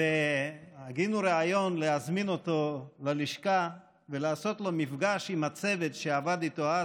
והגינו רעיון להזמין אותו ללשכה ולעשות לו מפגש עם הצוות שעבד איתו אז